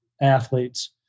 athletes